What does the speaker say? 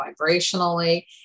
vibrationally